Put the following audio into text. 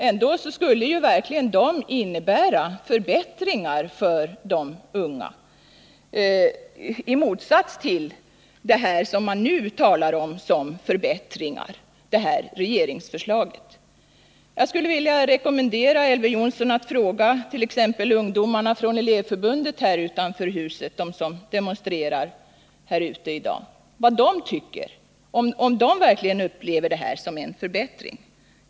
Ändå skulle de förslagen verkligen innebära förbättringar för de unga — i motsats till det regeringsförslag som man nu talar om som en förbättring. Jag skulle vilja rekommendera Elver Jonsson att fråga t.ex. ungdomarna från Elevförbundet, som demonstrerar här utanför huset i dag, vad de tycker — om de verkligen upplever regeringsförslaget som en förbättring.